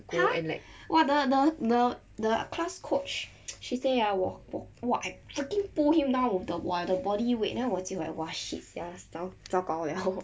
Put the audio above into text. !huh! !wah! the the the the class coach she say ah 我我 !wah! I fucking pulled him down with the 我的 body weight then 我就 like !wah! shit sia 糟糟糕 liao